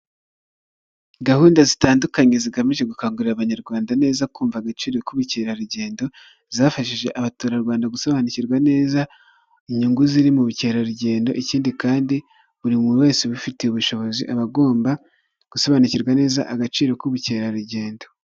Gahunda zitandukanye zigamije gukangurira abanyarwanda neza kumva agaciro k'ubukerarugendo, zafashije abaturarwanda gusobanukirwa neza inyungu ziri mu bukerarugendo, ikindi kandi buri muntu wese ubifitiye ubushobozi abagomba gusobanukirwa neza, agaciro k'ubukerarugendo.